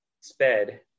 sped